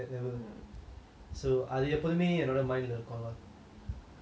so அது எப்போதுமே என்னோட:adhu eppothumae ennoda mind leh இருக்கும்ல:irukumla